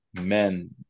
men